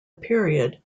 period